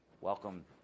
Welcome